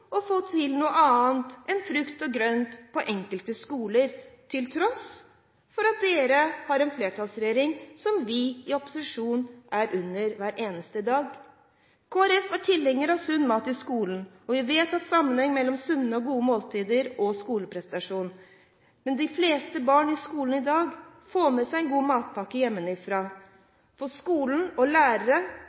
å få til noe annet enn frukt og grønt på enkelte skoler, til tross for at de utgjør en flertallsregjering som vi i opposisjonen er underlagt hver eneste dag. Kristelig Folkeparti er tilhenger av sunn mat i skolen. Vi vet at det er en sammenheng mellom sunne og gode måltider og skoleprestasjoner. De fleste barn i skolen i dag får med seg en god matpakke hjemmefra. For